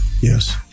yes